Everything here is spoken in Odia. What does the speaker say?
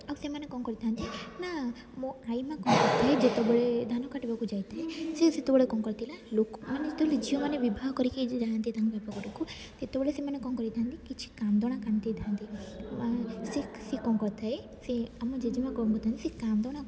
ଆଉ ସେମାନେ କ'ଣ କରିଥାନ୍ତି ନା ମୋ ଆଇମା କ'ଣ କରିଥିଲେ ଯେତେବେଳେ ଧାନ କାଟିବାକୁ ଯାଇଥାଏ ସେ ସେତେବେଳେ କ'ଣ କରିଥିଲା ଲୋକ ମାନେ ଯେତେବେଳେ ଝିଅମାନେ ବିବାହ କରିକି ଯାଆନ୍ତି ତାଙ୍କ ବାପା ଘରକୁ ସେତେବେଳେ ସେମାନେ କ'ଣ କରିଥାନ୍ତି କିଛି କାନ୍ଦଣା କାନ୍ଦିଥାନ୍ତି ସେ କ'ଣ କରିଥାଏ ସେ ଆମ ଜେଜେମାଁ କ'ଣ କରିଥାନ୍ତି ସେ କାନ୍ଦଣା